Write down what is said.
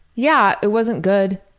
yeah, it wasn't good.